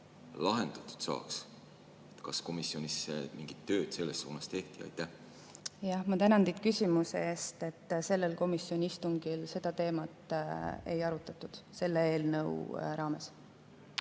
lahendatud saaks? Kas komisjonis mingit tööd selles suunas tehti? Ma tänan teid küsimuse eest! Sellel komisjoni istungil seda teemat ei arutatud selle eelnõu raames.